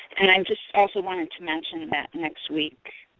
and i just also wanted to mention that next week,